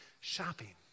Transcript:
shopping